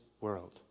world